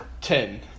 Ten